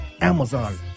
Amazon